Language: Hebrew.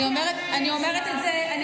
אני אומרת את זה, תכף יעלה השר.